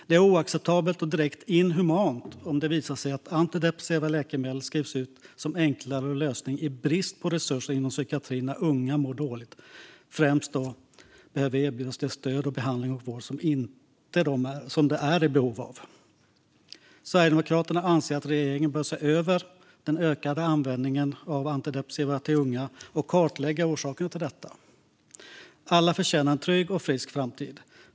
Det är oacceptabelt och direkt inhumant om antidepressiva läkemedel skrivs ut som en enklare lösning i brist på resurser inom psykiatrin när unga som mår dåligt främst behöver erbjudas det stöd, den behandling och den vård som de är i behov av. Sverigedemokraterna anser att regeringen bör se över den ökade användningen av antidepressiva till unga och kartlägga orsakerna till detta. Alla förtjänar en trygg och frisk framtid.